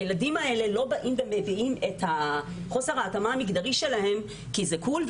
הילדים האלה לא באים ומביעים את חוסר ההתאמה המגדרי שלהם כי זה קול,